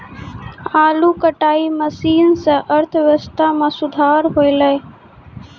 आलू कटाई मसीन सें अर्थव्यवस्था म सुधार हौलय